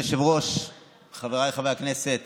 חבר הכנסת